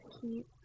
keep